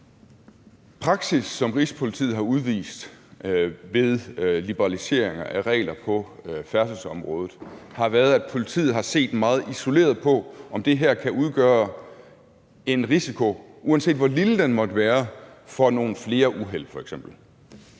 praksis, som Rigspolitiet har udvist ved liberalisering af regler på færdselsområdet, har været, at politiet har set meget isoleret på, om det kunne udgøre en risiko, uanset hvor lille den måtte være, for flere uheld